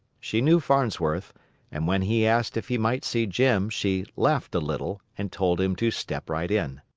she knew farnsworth and when he asked if he might see jim she laughed a little, and told him to step right in.